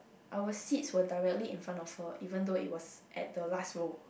our seats were directly in front of her even though it was at the last row